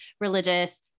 religious